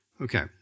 Okay